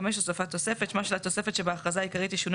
הוספת תוספת שמה של התוספת שבאכרזה העיקרית ישונה